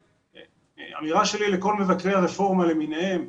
אמירה שלי לכל מבקרי הרפורמה למיניהם,